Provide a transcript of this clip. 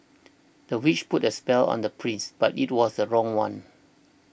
the witch put a spell on the prince but it was the wrong one